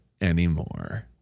anymore